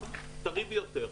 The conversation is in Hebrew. טרי ביותר.